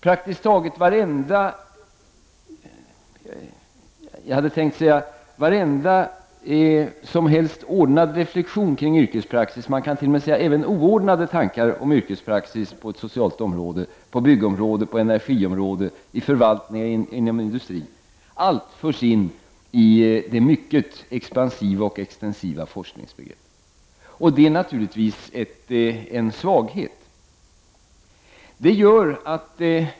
Praktiskt taget varje ordnad reflexion kring yrkespraxis, och oordnade tankar kring yrkespraxis, på det sociala området, byggområdet, energiområdet, i förvaltningar och inom industrin förs in i det mycket expansiva och extensiva forskningsbegreppet. Det är naturligtvis en svaghet.